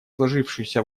сложившуюся